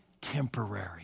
temporary